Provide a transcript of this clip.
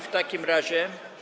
W takim razie.